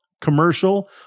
commercial